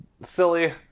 silly